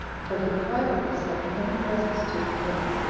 for he privately sent many presents to the king,